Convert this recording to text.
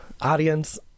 audience